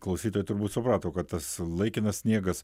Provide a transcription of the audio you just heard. klausytojai turbūt suprato kad tas laikinas sniegas